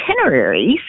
itineraries